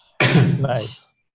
Nice